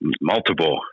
multiple